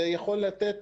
זה יכול לתת